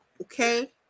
okay